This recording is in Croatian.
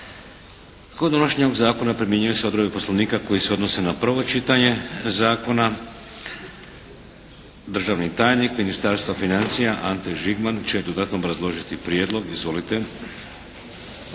Kod donošenja ovog zakona primjenjuju se odredbe Poslovnika koji se odnose na prvo čitanje zakona. Državni tajnik Ministarstva financija Ante Žigman će dodatno obrazložiti prijedlog. Izvolite.